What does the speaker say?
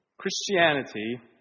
Christianity